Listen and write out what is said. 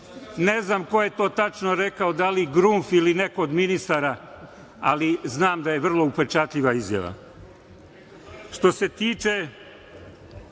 Ne znam ko je to tačno rekao, da li Grunf ili neko od ministara, ali znam da je vrlo upečatljiva izjava. Što